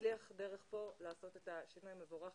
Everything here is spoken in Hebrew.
נצליח דרך פה לעשות את השינוי המבורך.